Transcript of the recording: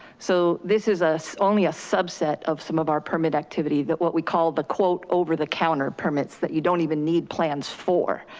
so this is only a subset of some of our permit activity, that what we call the quote over the counter permits that you don't even need plans for.